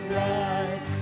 right